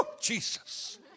Jesus